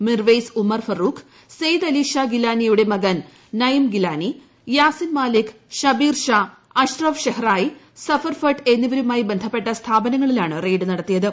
മിർവേയ്സ് ഉമർ ഫറൂഖ് സെയ്ദ് അലിഷാ ഗിലാനിയുടെ മകൻ നൈയിം ഗിലാനി യാസിൻ മാലിക് ഷബിർ ഷാ അഷ്റഫ് ഷെഹറായി സഫർ ഭട്ട് എന്നിവരുമായി ബന്ധപ്പെട്ട സ്ഥാപനങ്ങളിലാണ് റെയ്ഡ് നടത്തിയത്